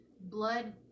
blood